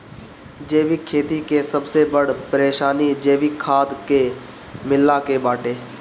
जैविक खेती के सबसे बड़ परेशानी जैविक खाद के मिलला के बाटे